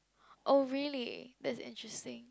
oh really that is interesting